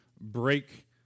break